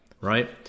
right